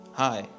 hi